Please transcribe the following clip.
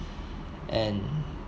and